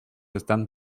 están